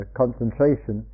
concentration